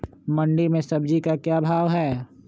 मंडी में सब्जी का क्या भाव हैँ?